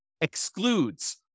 excludes